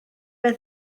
beth